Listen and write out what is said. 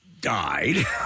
died